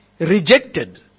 rejected